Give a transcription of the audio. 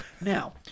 Now